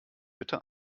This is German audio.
bitte